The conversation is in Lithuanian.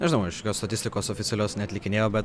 nežinau aš jokios statistikos oficialios neatlikinėjau bet